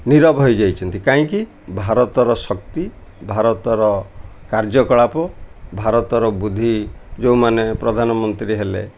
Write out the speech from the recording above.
ନିରବ ହେଇଯାଇଛନ୍ତି କାହିଁକି ଭାରତର ଶକ୍ତି ଭାରତର କାର୍ଯ୍ୟକଳାପ ଭାରତର ବୁଦ୍ଧି ଯେଉଁମାନେ ପ୍ରଧାନମନ୍ତ୍ରୀ ହେଲେ